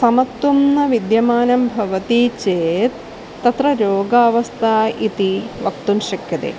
समत्वं न विद्यमानं भवति चेत् तत्र रोगावस्था इति वक्तुं शक्यते